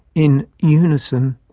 in unison,